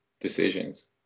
decisions